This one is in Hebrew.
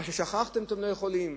מה ששכחתן אתן לא יכולות לקחת.